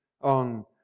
on